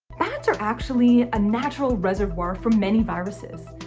bats are actually a natural reservoir for many viruses,